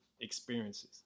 experiences